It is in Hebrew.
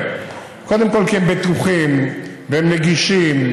אני רוצה לומר לכם שאלימות נגד נשים היא לא רק בעיה של נשים,